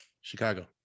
Chicago